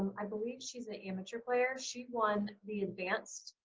um i believe she's an amateur player. she won the advanced